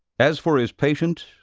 as for his patient,